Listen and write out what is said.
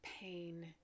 pain